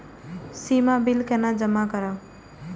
सीमा bill केना जमा करब?